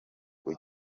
uyu